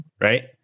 right